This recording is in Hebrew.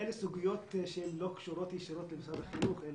אלה סוגיות שהן לא קשורות ישירות למשרד החינוך.